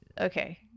Okay